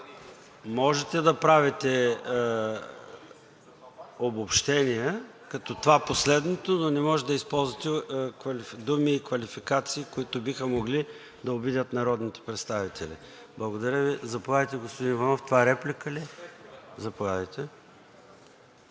Можете да правите обобщения, като това последното, но не можете да използвате думи и квалификации, които биха могли да обидят народните представители. Благодаря Ви. Заповядайте, господин Иванов – това реплика ли е?